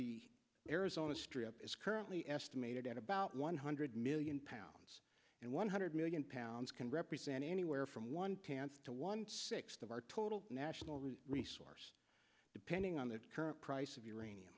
the arizona strip is currently estimated at about one hundred million pounds and one hundred million pounds can represent anywhere from one can to one sixth of our total national resource depending on the current price of